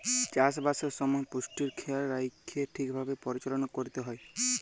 চাষবাসের সময় পুষ্টির খেয়াল রাইখ্যে ঠিকভাবে পরিচাললা ক্যইরতে হ্যয়